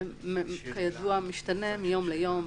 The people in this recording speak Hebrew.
זה כידוע משתנה מיום ליום.